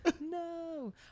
no